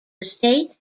estate